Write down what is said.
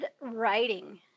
writing